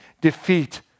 defeat